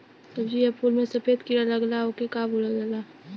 सब्ज़ी या फुल में सफेद कीड़ा लगेला ओके का बोलल जाला?